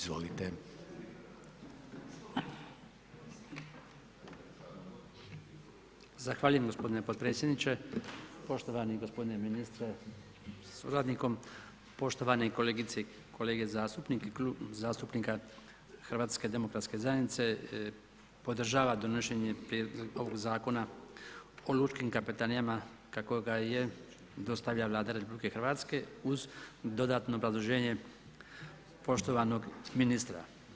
Zahvaljujem gospodine potpredsjedniče, poštovani gospodine ministre sa suradnikom, poštovane kolegice i kolege zastupnici. … zastupnika HDZ-a podržava donošenje ovog Zakona o lučkim kapetanijama kako ga je dostavila Vlada RH uz dodatno obrazloženje poštovanog ministra.